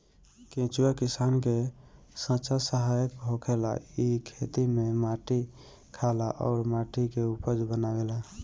केचुआ किसान के सच्चा सहायक होखेला इ खेत में माटी खाला अउर माटी के उपजाऊ बनावेला